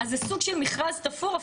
אז זה סוג של מכרז תפור,